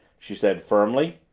she said firmly.